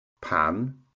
Pan